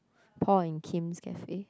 Paul and Kim's cafe